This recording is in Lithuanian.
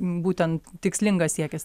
būtent tikslingas siekis